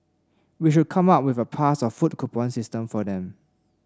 we should come up with a pass or food coupon system for them